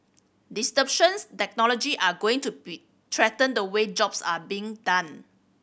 disruptions technology are going to be threaten the way jobs are being done